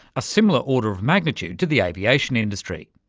a similar order of magnitude to the aviation industry.